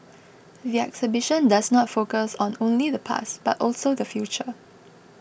the exhibition does not focus on only the past but also the future